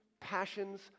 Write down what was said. passions